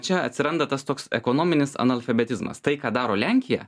čia atsiranda tas toks ekonominis analfabetizmas tai ką daro lenkija